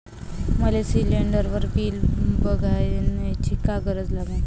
मले शिलिंडरचं बिल बघसाठी का करा लागन?